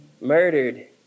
murdered